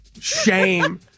Shame